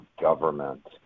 government